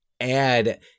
add –